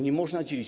Nie można dzielić.